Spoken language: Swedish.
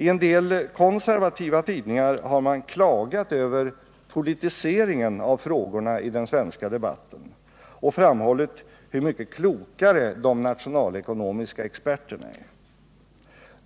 I en del konservativa tidningar har man klagat över ”politiseringen” av frågorna i den svenska debatten och framhållit hur mycket klokare de nationalekonomiska experterna är.